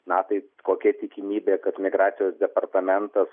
na tai kokia tikimybė kad migracijos departamentas